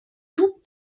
tout